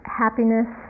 happiness